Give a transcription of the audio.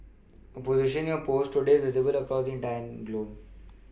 a position you post today is visible across the entire globe